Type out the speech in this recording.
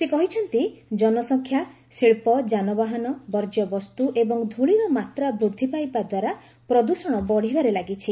ସେ କହିଛନ୍ତି ଜନସଂଖ୍ୟା ଶିଳ୍ପ ଯାନବାହନ ବର୍ଜ୍ୟବସ୍ତୁ ଏବଂ ଧୂଳିର ମାତ୍ରା ବୃଦ୍ଧି ପାଇବା ଦ୍ୱାରା ପ୍ରଦୂଷଣ ବଢ଼ିବାରେ ଲାଗିଛି